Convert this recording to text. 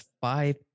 five